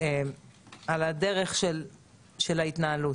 על דרך ההתנהלות.